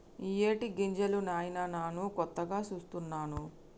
ఇయ్యేటి గింజలు నాయిన నాను కొత్తగా సూస్తున్నాను